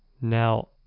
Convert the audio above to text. Now